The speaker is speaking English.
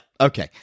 Okay